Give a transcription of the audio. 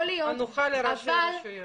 תרבות דיון אחרת שנוחה לראשי הרשויות.